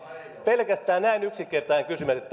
pelkästään näin yksinkertainen kysymys